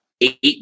eight